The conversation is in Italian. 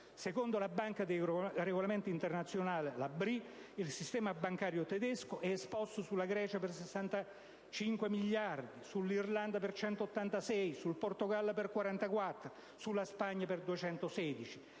Secondo la Banca dei regolamenti internazionali (BRI), il sistema bancario tedesco è esposto sulla Grecia per 65,4 miliardi, sull'Irlanda per 186,4 miliardi, sul Portogallo per 44,3 miliardi e sulla Spagna per 216,6